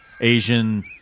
Asian